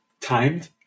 timed